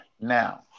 Now